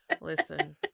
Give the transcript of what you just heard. listen